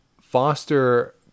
foster